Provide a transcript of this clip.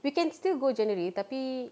we can still go january tapi